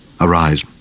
Arise